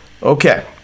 Okay